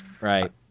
Right